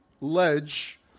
ledge